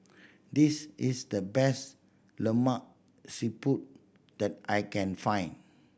this is the best Lemak Siput that I can find